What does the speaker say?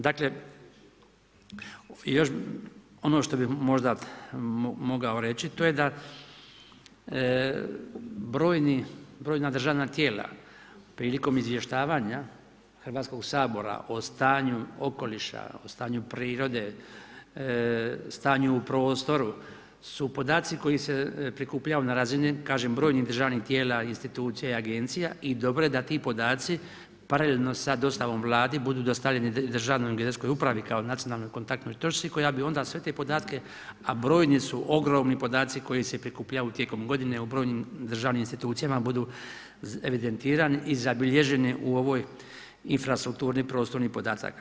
Dakle, ono što bih možda mogao reći, to je da brojna državna tijela prilikom izvještavanja Hrvatskoga sabora o stanju okoliša, o stanju prirode, stanju u prostoru su podaci koji se prikupljaju na razini kažem brojnih državnih tijela i institucija i agencija i dobro je da ti podaci paralelno sa dostavom Vladi budu dostavljeni i Državnoj geodetskoj upravi kao nacionalnoj kontaktnoj točci koja bi onda sve te podatke a brojni su, ogromni podaci koji se prikupljaju tijekom godine u brojnim državnim institucijama budu evidentirani i zabilježeni u ovoj infrastrukturi prostornih podataka.